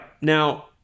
now